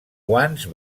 guants